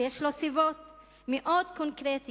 שיש לו סיבות מאוד קונקרטיות,